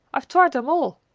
i've tried them all!